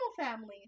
families